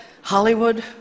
Hollywood